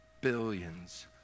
billions